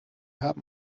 haben